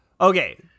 okay